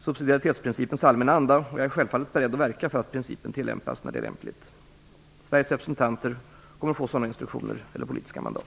subsidiaritetsprincipens allmänna anda, och jag är självfallet beredd att verka för att principen tillämpas när det är lämpligt. Sveriges representanter kommer att få sådana instruktioner eller politiska mandat.